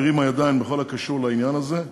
הרימה ידיים בכל הקשור לעניין הזה,